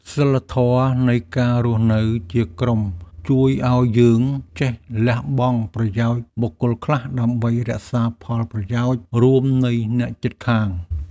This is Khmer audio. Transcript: សីលធម៌នៃការរស់នៅជាក្រុមជួយឱ្យយើងចេះលះបង់ប្រយោជន៍បុគ្គលខ្លះដើម្បីរក្សាផលប្រយោជន៍រួមនៃអ្នកជិតខាង។